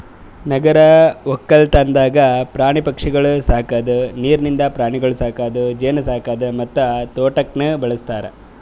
ನಗರ ಒಕ್ಕಲ್ತನದಾಗ್ ಪ್ರಾಣಿ ಪಕ್ಷಿಗೊಳ್ ಸಾಕದ್, ನೀರಿಂದ ಪ್ರಾಣಿಗೊಳ್ ಸಾಕದ್, ಜೇನು ಸಾಕದ್ ಮತ್ತ ತೋಟಕ್ನ್ನೂ ಬಳ್ಸತಾರ್